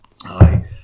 Aye